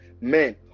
Men